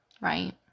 right